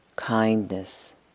Kindness